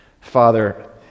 Father